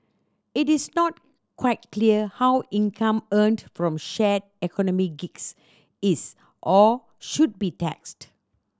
it is not quite clear how income earned from shared economy gigs is or should be taxed